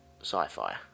sci-fi